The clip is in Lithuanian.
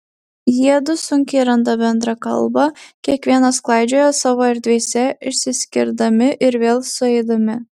jiedu sunkiai randa bendrą kalbą kiekvienas klaidžioja savo erdvėse išsiskirdami ir vėl sueidami